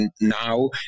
now